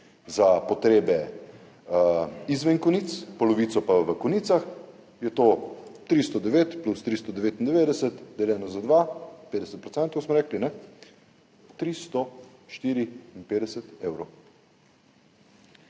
za potrebe izven konic, polovico pa v konicah, je to 309 plus 399 deljeno z 2, 50 % smo rekli, 354.